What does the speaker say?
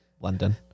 London